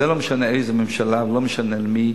זה לא משנה איזו ממשלה ולא משנה מי,